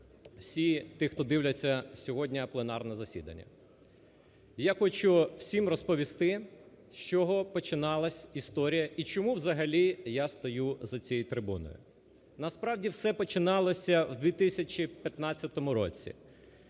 всі ті, хто дивляться пленарне засідання! Я хочу всім розповісти з чого починалася історія і чому взагалі я стою за цією трибуною? Насправді все починалося у 2015 році.